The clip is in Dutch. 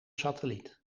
satelliet